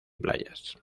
playas